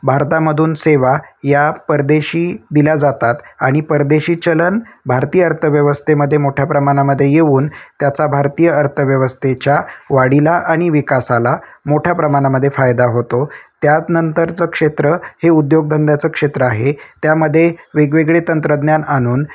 भारतामधून सेवा या परदेशी दिल्या जातात आणि परदेशी चलन भारतीय अर्थव्यवस्थेमध्ये मोठ्या प्रमाणामध्ये येऊन त्याचा भारतीय अर्थव्यवस्थेच्या वाढीला आणि विकासाला मोठ्या प्रमाणामध्ये फायदा होतो त्या नंतरचं क्षेत्र हे उद्योगधंद्याचं क्षेत्र आहे त्यामध्ये वेगवेगळे तंत्रज्ञान आणून